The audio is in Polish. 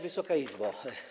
Wysoka Izbo!